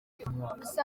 gusa